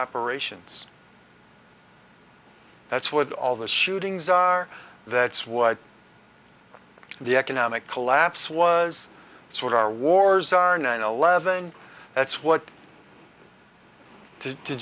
operations that's what all the shootings are that's what the economic collapse was sort of our wars are nine eleven that's what to